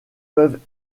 peuvent